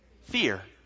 Fear